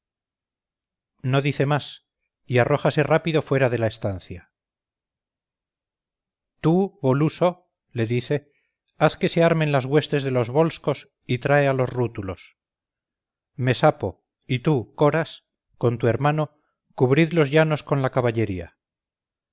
no dice más y arrójase rápido fuera de la estancia tú voluso le dice haz que se armen las huestes de los volscos y trae a los rútulos mesapo y tú coras con tu hermano cubrid los llanos con la caballería